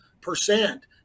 percent